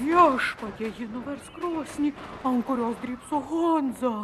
viešpatie ji nuvers krosnį ant kurios drybso honza